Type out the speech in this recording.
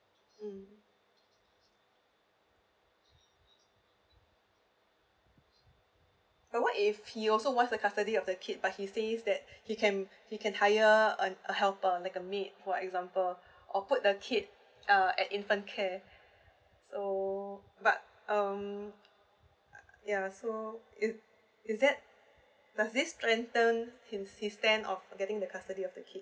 mm uh what if he also wants the custody of the kids but he says that he can he can hire uh a helper like a maid for example or put the kid uh at infant care so but um yeah so is is that does this strengthen his stand of getting the custody of the kids